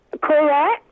Correct